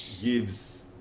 gives